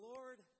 Lord